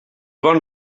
bon